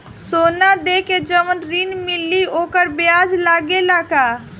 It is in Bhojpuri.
सोना देके जवन ऋण मिली वोकर ब्याज लगेला का?